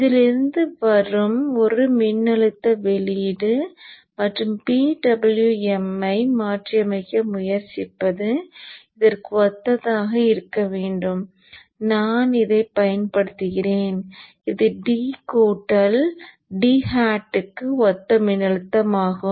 இதிலிருந்து வரும் ஒரு மின்னழுத்த வெளியீடு மற்றும் PWM ஐ மாற்றியமைக்க முயற்சிப்பது இதற்கு ஒத்ததாக இருக்க வேண்டும் நான் இதைப் பயன்படுத்துகிறேன் இது d பிளஸ் d hat க்கு ஒத்த மின்னழுத்தமாகும்